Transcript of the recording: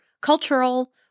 cultural